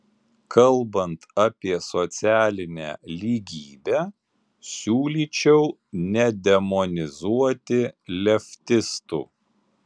kalbant apie socialinę lygybę siūlyčiau nedemonizuoti leftistų